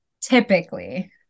typically